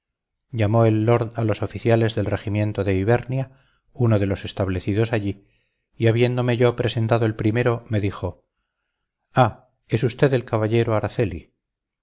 llamó el lord a los oficiales del regimiento de ibernia uno de los establecidos allí y habiéndome yo presentado el primero me dijo ah es usted el caballero araceli